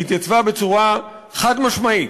בצורה חד-משמעית,